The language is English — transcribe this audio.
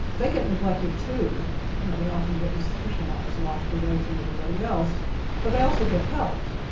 they get neglected too, you know they often get institutionalised, locked away from everybody else but they also get helped.